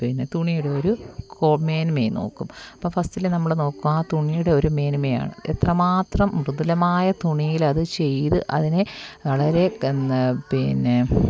പിന്നെ തുണീടെ ഒരു മേന്മയും നോക്കും അപ്പം ഫസ്റ്റിലെ നമ്മൾ നോക്കും ആ തുണീടെ ഒരു മേന്മയാണ് എത്രമാത്രം മൃദുലമായ തുണിയിലത് ചെയ്ത് അതിനെ വളരെ പിന്നെ